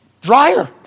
Dryer